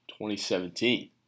2017